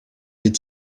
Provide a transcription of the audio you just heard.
est